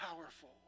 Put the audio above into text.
powerful